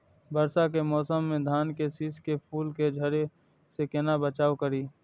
वर्षा के मौसम में धान के शिश के फुल के झड़े से केना बचाव करी?